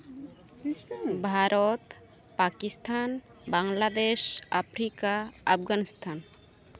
Bharat Pakistan Bangladesh Africa Afghanistan